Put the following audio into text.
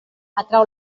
atrau